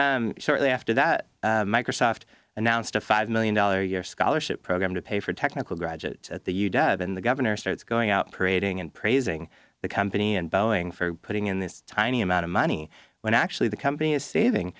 then shortly after that microsoft announced a five million dollars a year scholarship program to pay for technical graduates at the u deb and the governor starts going out parading and praising the company and boeing for putting in this tiny amount of money when actually the company is saving